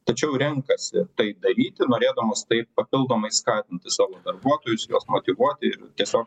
tačiau renkasi tai daryti norėdamos taip papildomai skatinti savo darbuotojus juos motyvuoti ir tiesiog